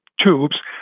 tubes